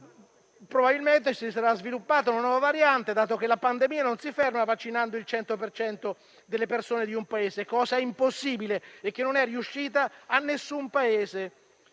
probabilmente, si sarà sviluppata una nuova variante, dato che la pandemia non si ferma vaccinando il 100 per cento dei cittadini di un Paese: cosa impossibile, che non è riuscita ad alcun Paese.